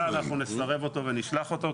בדרך כלל אנחנו נסרב אותו ונשלח אותו,